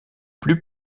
plus